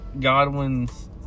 Godwin's